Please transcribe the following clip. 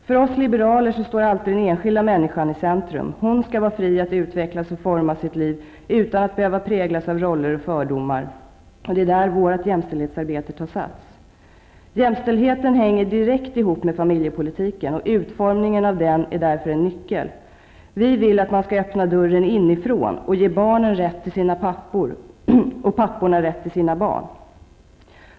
För oss liberaler står alltid den enskilda människan i centrum. Hon skall vara fri att utvecklas och forma sitt liv utan att behöva präglas av roller och fördomar. Det är där vårt jämställdhetsarbete tar sats. Jämställdhet hänger direkt ihop med familjepolitiken. Utformningen av denna är en nyckel. Vi vill att dörren skall öppnas inifrån och ge barnen rätt till sina pappor och papporna rätt till sina barn.